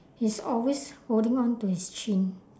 he's always holding on to his chin